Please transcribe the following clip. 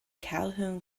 calhoun